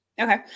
Okay